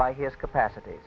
by his capacity